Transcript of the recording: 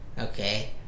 Okay